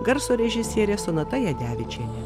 garso režisierė sonata jadevičienė